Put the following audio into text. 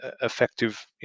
effective